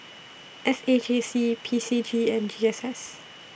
S A J C P C G and G S S